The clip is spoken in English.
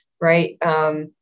right